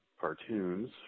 cartoons